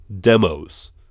Demos